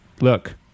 look